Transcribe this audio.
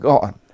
God